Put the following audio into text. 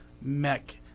mech